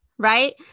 Right